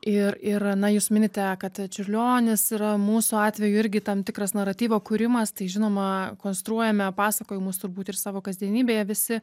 ir ir na jūs minite kad čiurlionis yra mūsų atveju irgi tam tikras naratyvo kūrimas tai žinoma konstruojame pasakojimus turbūt ir savo kasdienybėje visi